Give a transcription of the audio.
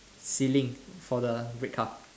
ceiling for the red car